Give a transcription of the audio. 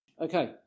Okay